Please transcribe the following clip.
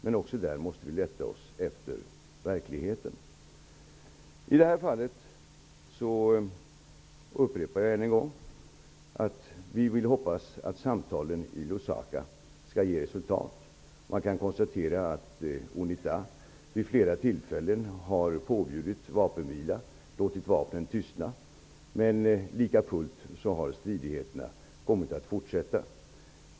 Vi måste även där rätta oss efter verkligheten. I det här fallet upprepar jag än en gång att vi får hoppas att samtalen i Lusaka skall ge resultat. Vi kan konstatera att Unita vid flera tillfällen har påbjudit vapenvila och låtit vapnen tystna, men stridigheterna har lika fullt fortsatt.